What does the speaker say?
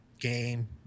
game